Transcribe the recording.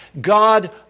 God